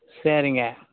சரிங்க